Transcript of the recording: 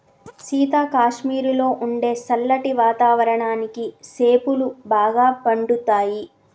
సీత కాశ్మీరులో ఉండే సల్లటి వాతావరణానికి సేపులు బాగా పండుతాయి